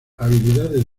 habilidades